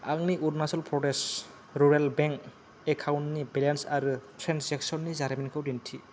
आंनि Arunachal Pradesh rural bank एकाउन्टनि balance आरो ट्रेनजेक्सननि जारिमिनखौ दिन्थि